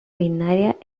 binaria